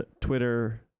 Twitter